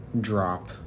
drop